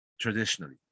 Traditionally